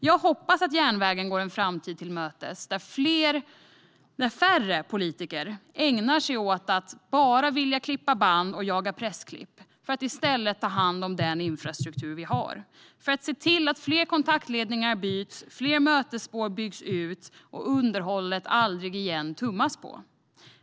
Jag hoppas att järnvägen går en framtid till mötes där färre politiker ägnar sig åt att bara klippa band och jaga pressklipp och att vi i stället tar hand om den infrastruktur vi har och ser till att fler kontaktledningar byts, fler mötesspår byggs ut och underhållet aldrig igen tummas på.